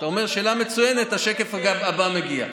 ואתה אומר: שאלה מצוינת, השקף הבא מגיע.